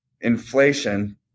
inflation